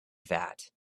that